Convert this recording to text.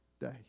day